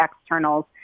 externals